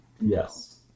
Yes